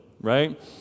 right